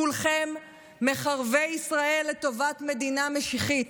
כולכם מחרבי ישראל לטובת מדינה משיחית.